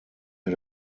mir